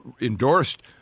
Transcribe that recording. endorsed